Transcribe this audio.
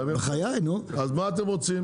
אז מה אתם רוצים?